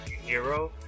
hero